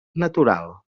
natural